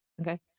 Okay